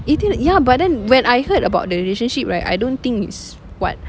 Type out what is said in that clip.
eighteen ya but then when I heard about the relationship right I don't think it's what